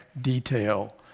detail